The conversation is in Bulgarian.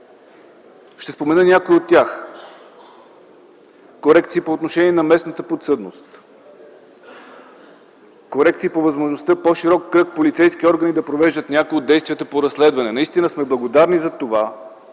Ще спомена някои от тях. Корекции по отношение на местната подсъдност, корекции по възможността по-широк кръг полицейски органи да провеждат някои от действията по разследване. Благодарни сме за това,